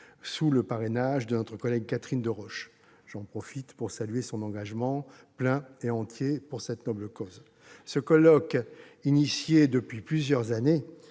sous le parrainage de notre collègue Catherine Deroche- j'en profite pour saluer son engagement plein et entier pour cette noble cause. Ce colloque organisé depuis plusieurs années